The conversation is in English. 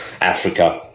Africa